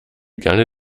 gerne